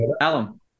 Alum